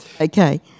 Okay